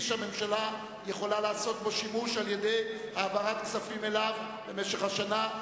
שהממשלה יכולה לעשות בו שימוש על-ידי העברת כספים אליו במשך השנה.